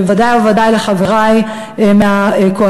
ובוודאי ובוודאי לחברי מהקואליציה,